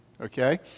Okay